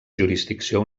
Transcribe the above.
jurisdicció